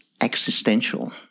existential